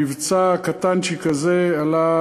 המבצע הקטנצ'יק הזה עלה